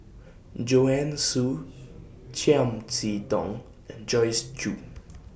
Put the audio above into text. Joanne Soo Chiam See Tong and Joyce Jue